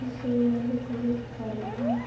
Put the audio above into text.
ବିଷୟରେ କହିପାରିବେ